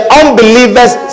unbelievers